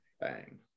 Bang